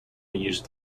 used